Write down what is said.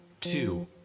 two